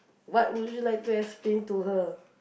what would you like to explain to her